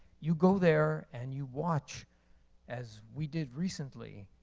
you go there, and you watch as we did recently,